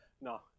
No